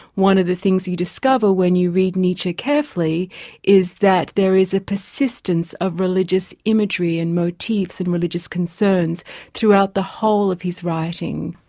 one of the things you discover when you read nietzsche carefully is that there is a persistence of religious imagery and motifs and religious concerns throughout the whole of his writing.